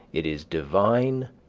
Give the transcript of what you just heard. it is divine,